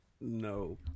No